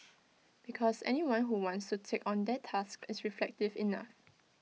because anyone who wants to take on that task is reflective enough